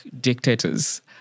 dictators